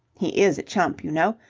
he is a chump, you know.